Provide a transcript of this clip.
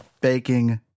baking